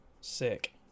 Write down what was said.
sick